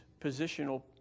positional